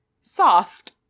soft